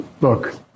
look